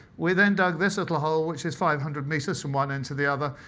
we then dug this little hole, which is five hundred meters from one end to the other.